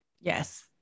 Yes